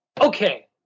Okay